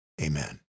Amen